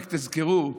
רק תזכרו,